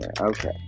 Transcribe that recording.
Okay